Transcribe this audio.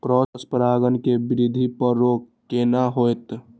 Cross परागण के वृद्धि पर रोक केना होयत?